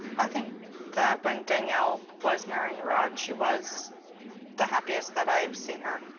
i think that when danielle was marrying rod, she was the happiest that i have seen her.